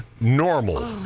normal